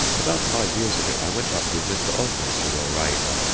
about five years ago i went up with mr. osmers to roraima,